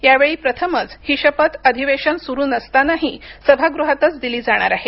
यावेळी प्रथमच ही शपथ अधिवेसन सुरू नसतानाही सभागृहातच दिली जाणार आहे